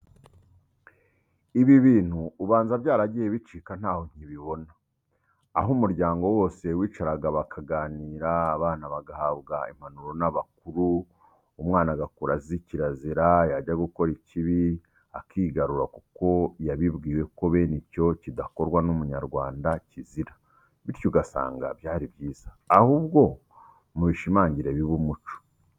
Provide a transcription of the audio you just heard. Ibi bintu ubanza byaragiye bicika ntaho nkibibona, aho umuryango wose wicaraga bakaganira, abana bagahabwa impanuro n'abakuru, umwana agakura azi kirazira, yajya gukora ikibi akigarura kuko yabibwiwe ko bene icyo kidakorwa n'Umunyarwanda kizira, bityo ugasanga byari byiza. Ahubwo mubishimangire bibe umuco.